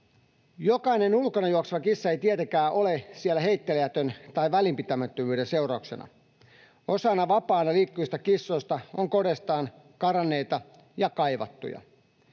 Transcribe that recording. Jokainen ulkona juokseva kissa ei tietenkään ole siellä heitteillejätön tai välinpitämättömyyden seurauksena. Osa vapaana liikkuvista kissoista on kodeistaan karanneita ja kaivattuja.